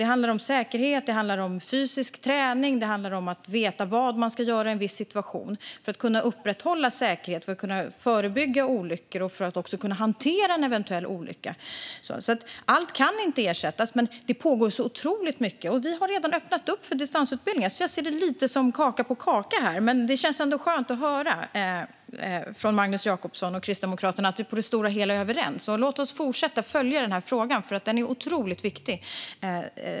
Det handlar om säkerhet, om fysisk träning och om att veta vad man ska göra i en viss situation för att kunna upprätthålla säkerhet, förebygga olyckor och hantera en eventuell olycka. Allt kan inte ersättas, men det pågår otroligt mycket. Förlängd giltighetstid för yrkeskompetens-bevis Vi har redan öppnat upp för distansutbildning, så det blir lite kaka på kaka här. Det känns ändå skönt att höra från Magnus Jacobsson och Kristdemokraterna att vi på det stora hela är överens. Låt oss fortsätta att följa denna fråga, för den är otroligt viktig.